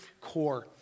core